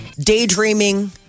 Daydreaming